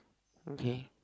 okay